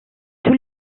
tous